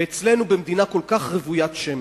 ואצלנו, במדינה כל כך רוויית שמש,